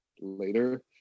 later